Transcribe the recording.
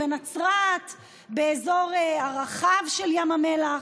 בנצרת, באזור הרחב של ים המלח.